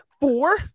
four